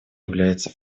является